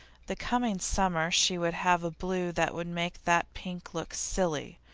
the coming summer she would have a blue that would make that pink look silly.